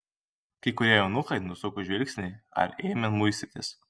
kai kurie eunuchai nusuko žvilgsnį ar ėmė muistytis